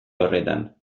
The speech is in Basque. horretan